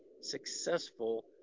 successful